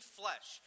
flesh